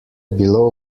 bilo